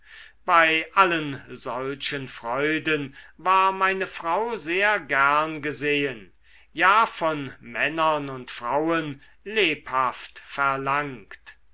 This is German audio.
bei allen solchen freuden war meine frau sehr gern gesehen ja von männern und frauen lebhaft verlangt